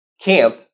camp